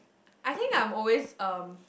I think I'm always um